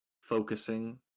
focusing